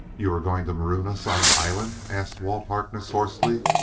you are going to maroon us on an island? asked walt harkness hoarsely.